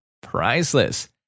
Priceless